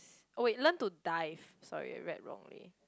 oh wait learn to dive sorry I read wrongly